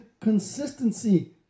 consistency